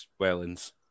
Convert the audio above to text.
Wellens